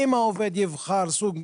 אם העובד יבחר סוג,